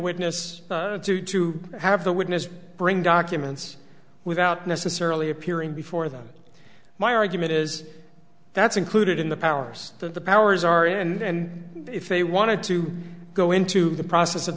witness to have the witness bring documents without necessarily appearing before them my argument is that's included in the powers that the powers are and if they wanted to go into the process of